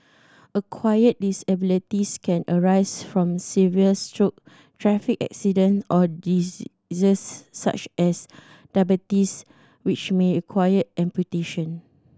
acquired disabilities can arise from severe stroke traffic accident or diseases such as diabetes which may require amputation